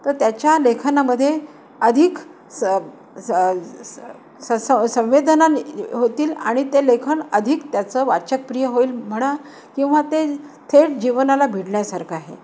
तर त्याच्या लेखनामध्ये अधिक स स स सं संवेदना होतील आणि ते लेखन अधिक त्याचं वाचकप्रिय होईल म्हणा किंवा ते थेट जीवनाला भिडण्यासारखं आहे